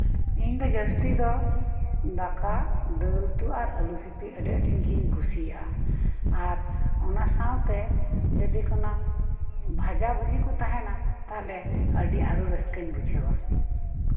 ᱤᱧᱫᱚ ᱡᱟᱹᱥᱛᱤ ᱫᱚ ᱫᱟᱠᱟ ᱫᱟᱹᱞᱩᱛᱩ ᱟᱨ ᱟᱹᱞᱩ ᱥᱤᱯᱤ ᱟᱹᱰᱤ ᱟᱴᱜᱤᱧ ᱠᱩᱥᱤᱭᱟᱜ ᱼᱟ ᱟᱨ ᱚᱱᱟ ᱥᱟᱶᱛᱮ ᱡᱚᱫᱤ ᱠᱚᱱᱚ ᱵᱷᱟᱡᱟ ᱵᱷᱩᱡᱤᱠᱚ ᱛᱟᱦᱮᱱᱟ ᱛᱟᱦᱚᱞᱮ ᱟᱹᱰᱤ ᱟᱨᱦᱚᱸ ᱨᱟᱹᱥᱠᱟᱹᱧ ᱵᱩᱡᱷᱟᱹᱣᱟ